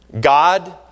God